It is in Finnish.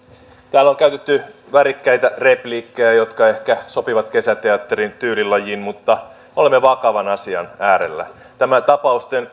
täällä on käytetty värikkäitä repliikkejä jotka ehkä sopivat kesäteatterin tyylilajiin mutta olemme vakavan asian äärellä tämä tapausten